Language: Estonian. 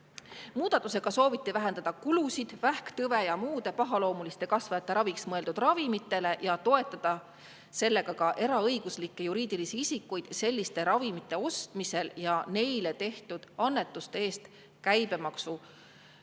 Muudatusega sooviti vähendada kulusid vähktõve ja muude pahaloomuliste kasvajate raviks mõeldud ravimitele ja toetada sellega ka eraõiguslikke juriidilisi isikuid selliste ravimite ostmisel – neile tehtud annetused vabastada käibemaksu